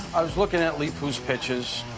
i was looking at leepu's pictures.